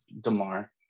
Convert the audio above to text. Demar